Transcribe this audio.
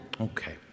Okay